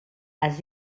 els